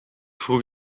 vroeg